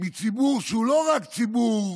מציבור שהוא לא רק ציבור